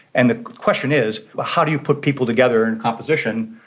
and the question is but how do you put people together in composition.